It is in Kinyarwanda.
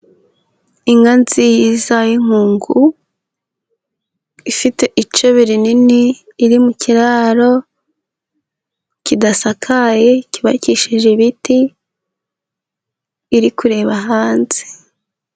Inka nziza y'inkungu ifite icebe rinini iri mukiraro kidasakaye cyubakishije ibiti iri kureba hanze.